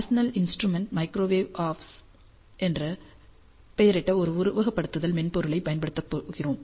national இன்ஸ்றுமெண்டின் microwave office என்று பெயரிடப்பட்ட ஒரு உருவகப்படுத்துதல் மென்பொருளைப் பயன்படுத்தப் போகிறோம்